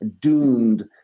doomed